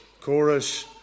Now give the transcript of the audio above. chorus